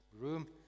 room